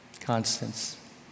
Constance